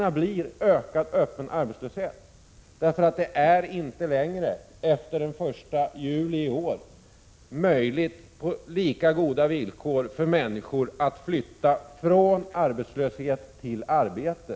Den blir ökad öppen arbetslöshet, eftersom det efter den 1 juli i år inte längre är möjligt för människor att på lika goda villkor flytta från arbetslöshet till arbete.